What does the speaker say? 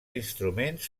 instruments